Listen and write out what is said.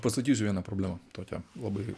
pasakysiu vieną problemą tokią labai